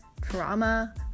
trauma